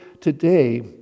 today